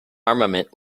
armament